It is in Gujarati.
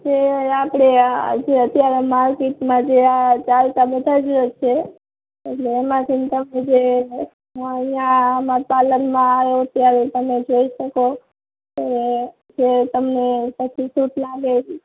એ આપણે જે અત્યારે જે માર્કેટમાં ચાલતા બધા જ છે એટલે એમાંથી તેમને જે અહીંયા અમારા પાર્લરમાં અત્યારે તમે જોઈ શકો જે તમને જે પછી શૂટ લાગે એ